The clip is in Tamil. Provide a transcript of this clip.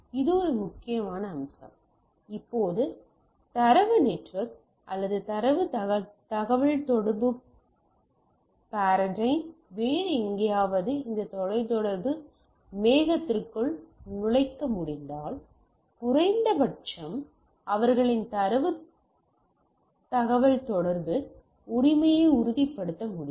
இது ஒரு முக்கியமான அம்சமாகும் இப்போது தரவு நெட்வொர்க் அல்லது தரவு தகவல்தொடர்பு பாரடைனை வேறு எங்காவது இந்த தொலைத் தொடர்பு மேகத்திற்குள் நுழைக்க முடிந்தால் குறைந்தபட்சம் அவர்களின் தரவு தகவல்தொடர்பு உரிமையை உறுதிப்படுத்த முடியும்